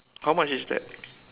how much is that